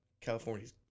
California's